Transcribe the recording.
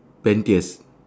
pettiest